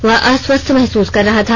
वह अस्वस्थ महसूस कर रहा था